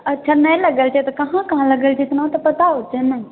अच्छा नै लगल छै तऽ कहाँ कहाँ लगल छै इतना तऽ पता होतै ने